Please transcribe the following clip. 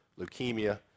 leukemia